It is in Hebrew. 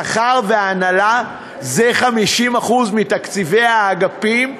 שכר והנהלה הם 50% מתקציבי האגפים,